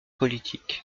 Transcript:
politique